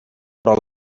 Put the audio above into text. però